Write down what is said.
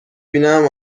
بینم